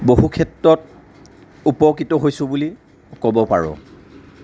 বহুক্ষেত্ৰত উপকৃত হৈছোঁ বুলি ক'ব পাৰোঁ